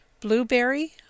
Blueberry